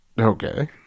Okay